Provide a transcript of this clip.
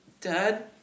Dad